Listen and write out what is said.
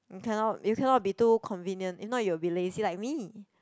cannot you cannot be too convenient if not you will be lazy like me